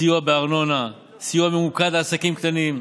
סיוע בארנונה, סיוע ממוקד לעסקים קטנים,